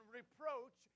reproach